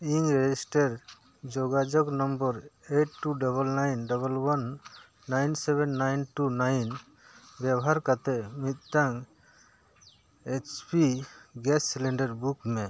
ᱤᱧ ᱨᱮᱡᱤᱥᱴᱟᱨ ᱡᱳᱜᱟᱡᱳᱜᱽ number eight two double nine double one nine seven nine two nine ᱵᱮᱵᱚᱦᱟᱨ ᱠᱟᱛᱮᱫ ᱢᱤᱫᱴᱟᱱ H P gas cylinder book ᱢᱮ